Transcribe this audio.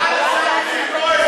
סגן השר איציק כהן,